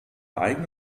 eigene